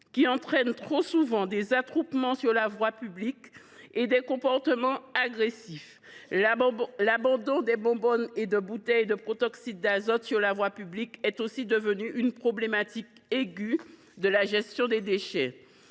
qui entraîne trop souvent des attroupements sur la voie publique et provoque des comportements agressifs. L’abandon de bonbonnes et de bouteilles de protoxyde d’azote sur la voie publique pose aussi désormais un problème aigu de gestion des déchets.